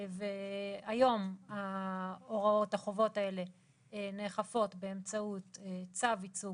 היום החובות האלה נאכפות באמצעות צו ייצוג